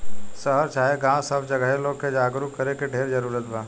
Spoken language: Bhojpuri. शहर चाहे गांव सब जगहे लोग के जागरूक करे के ढेर जरूरत बा